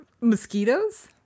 Mosquitoes